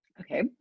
Okay